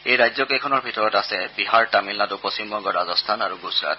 এই ৰাজ্যকেইখনৰ ভিতৰত আছে বিহাৰ তামিলনাডু পশ্চিম বংগ ৰাজস্থান আৰু গুজৰাট